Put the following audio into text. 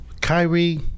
Kyrie